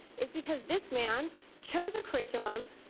it's because this man chose a curriculum,